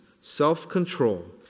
self-control